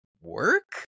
work